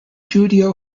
judeo